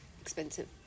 expensive